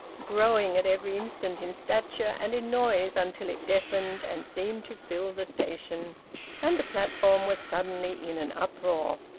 growing at every instant in stature and in noise until it deafened and seemed to fill the station and the platform was suddenly in an uproar.